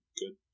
good